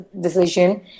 decision